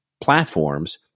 platforms